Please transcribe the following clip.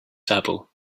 saddle